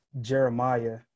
Jeremiah